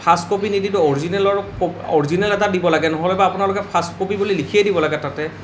first copy নিদিলেও অৰিজিনেলৰ কপ অৰিজিনেল এটা দিব লাগে নহ'লে বা আপোনালোকে ফাৰ্ষ্ট কপি বুলি লিখিয়েই দিব লাগে তাতে